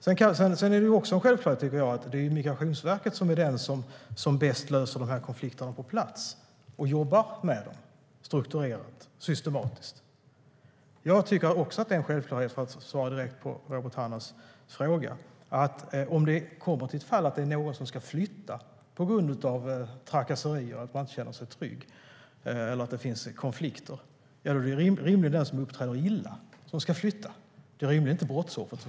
Jag tycker också att det är en självklarhet att det är Migrationsverket som bäst löser konflikterna på plats och jobbar med dem strukturerat och systematiskt. För att svara direkt på Robert Hannahs fråga tycker jag även att det är självklart att om någon ska flytta på grund av trakasserier, att man inte känner sig trygg eller att det finns konflikter så är det rimligen den som uppträder illa, inte brottsoffret.